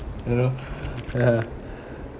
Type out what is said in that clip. you know